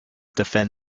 defend